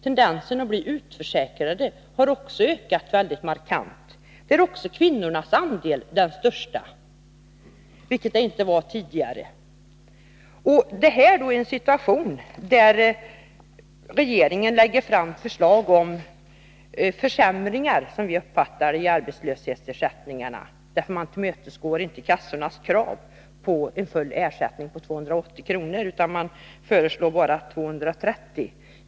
Tendensen till utförsäkring har också ökat mycket markant. Även där är kvinnornas andel den största, vilket den inte var tidigare. Detta händer i ett läge där regeringen lägger fram förslag om försämringar, som vi uppfattar det, av arbetslöshetsersättningarna. Man tillmötesgår inte kassornas krav på full ersättning på 280 kr., utan man föreslår bara 230 kr.